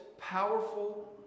powerful